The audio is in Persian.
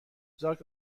زاک